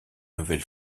nouvelle